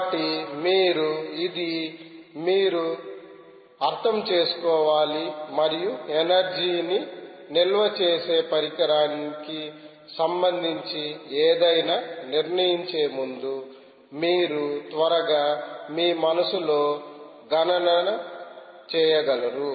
కాబట్టి ఇది మీరు అర్థం చేసుకోవాలి మరియు ఎనర్జీ ని నిల్వ చేసే పరికరానికి సంబంధించి ఏదైనా నిర్ణయించే ముందు మీరు త్వరగా మీ మనస్సులో గణన చేయగలరు